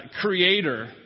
creator